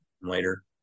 later